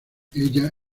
ella